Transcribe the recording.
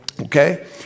Okay